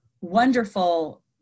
wonderful